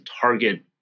target